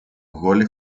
goles